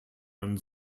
einen